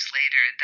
later